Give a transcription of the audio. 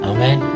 Amen